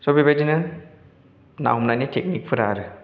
स' बेबायदिनो ना हमनायनि टेकनिक फोरा आरो